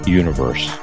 universe